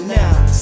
now